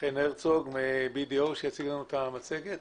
חן הרצוג מ-BDO שיציג לנו את המצגת.